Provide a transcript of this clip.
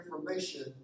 information